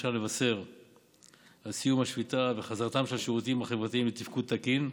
אפשר לבשר על סיום השביתה ועל חזרתם של השירותים החברתיים לתפקוד תקין.